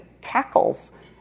cackles